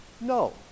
No